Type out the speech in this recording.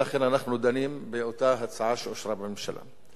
ולכן אנחנו דנים באותה הצעה שאושרה בממשלה.